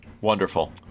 Wonderful